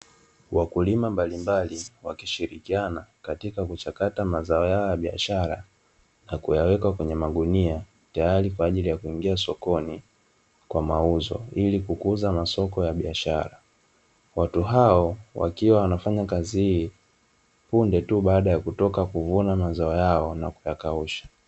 Wakulima mbalimbali wakishirikiana katika kuchakata mazao yao ya biashara na kuyaweka kwenye magunia, tayari kwa ajili ya kuingia sokoni kwa mauzo ili kukuza masoko ya biashara. Watu hao wakiwa wanafanya kazi hii punde tu baada ya kutoka kuvuna mazao yao na kuyakausha.